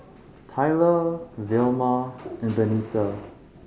Tyler Velma and Benita